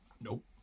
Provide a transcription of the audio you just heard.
Nope